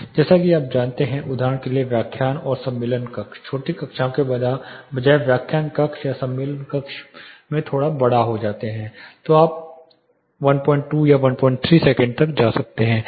जैसा कि आप जाते हैं उदाहरण के लिए व्याख्यान और सम्मेलन कक्ष छोटी कक्षाओं के बजाय आप व्याख्यान कक्ष या सम्मेलन कक्ष में थोड़ा बड़ा हो जाते हैं तो आप 12 13 सेकंड तक जा सकते हैं